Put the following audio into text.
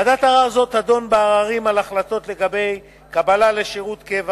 ועדת ערר זו תדון בעררים על החלטות לגבי קבלה לשירות קבע